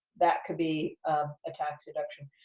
that could be a tax deduction.